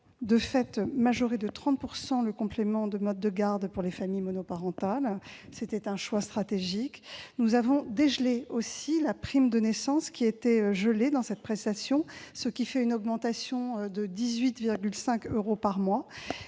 de fait majoré de 30 % le complément de mode de garde pour les familles monoparentales, ce qui était un choix stratégique. Nous avons débloqué la prime de naissance qui était gelée dans cette prestation, soit une augmentation de 18,5 euros par mois.